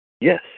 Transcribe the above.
yes